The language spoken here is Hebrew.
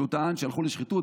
שהוא טען שהלכו לשחיתות